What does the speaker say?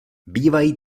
bývají